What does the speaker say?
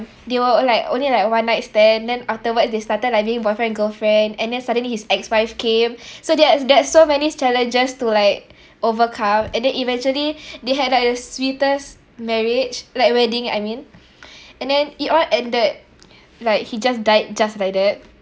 they were like only like one night stand then afterwards they started like being boyfriend girlfriend and then suddenly his ex-wife came so there's there's so many challenges to like overcome and then eventually they had like the sweetest marriage like wedding I mean and then it all ended like he just died just like that